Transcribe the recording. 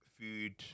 food